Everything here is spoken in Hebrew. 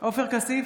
עופר כסיף,